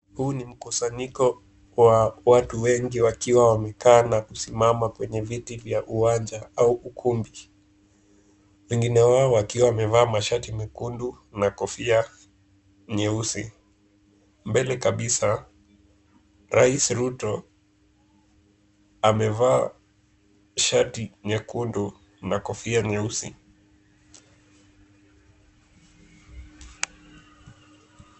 Huu ni mkusanyiko wa watu wengi wakiwa wamekaa na kusimama kwenye viti vya uwanja au ukumbi, wengine wao wakiwa wamevaa mashati mekundu na kofia nyeusi. Mbele kabisa, Rais Ruto amevaa shati nyekundu na kofia nyeusi.